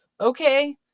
okay